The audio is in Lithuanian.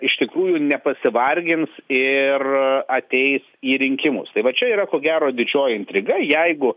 iš tikrųjų nepasivargins ir ateis į rinkimus tai va čia yra ko gero didžioji intriga jeigu